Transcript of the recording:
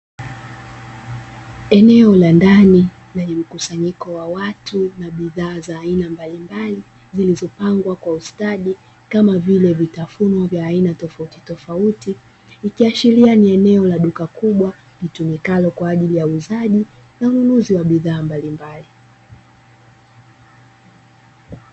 Eneo la ndani lenye mkusanyiko wa watu na bidhaa za aina mbalimbali zilizopangwa kwa ustadi kama vile vitafuno vya aina tofauti tofauti ikiashiria ni eneo la duka kubwa litumikalo kwa ajili ya uuzaji na ununuzi wa bidhaa mbalimbali.